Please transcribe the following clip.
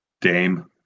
dame